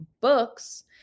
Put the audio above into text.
books